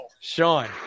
Sean